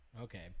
Okay